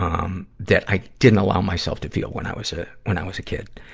um that i didn't allow myself to feel when i was, ah, when i was a kid.